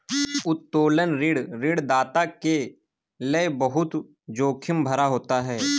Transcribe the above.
उत्तोलन ऋण ऋणदाता के लये बहुत जोखिम भरा होता है